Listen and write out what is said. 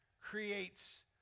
creates